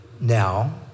now